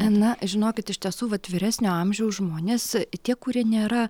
na žinokit iš tiesų vat vyresnio amžiaus žmonės tie kurie nėra